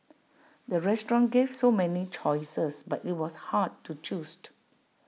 the restaurant gave so many choices but IT was hard to choose